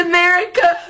America